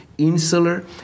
Insular